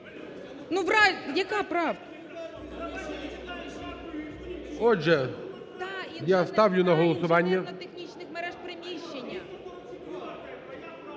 Отже, я ставлю на голосування